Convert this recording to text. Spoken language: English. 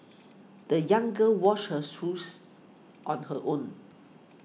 the young girl washed her shoes on her own